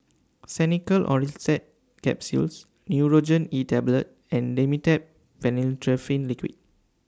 Xenical Orlistat Capsules Nurogen E Tablet and Dimetapp Phenylephrine Liquid